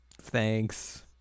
Thanks